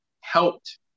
helped